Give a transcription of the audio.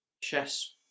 chess